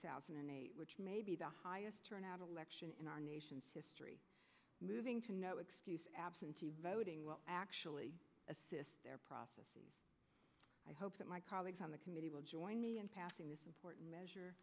thousand and eight which may be the highest turnout election in our nation's history moving to no excuse absentee voting actually assist their process i hope that my colleagues on the committee will join me in passing this important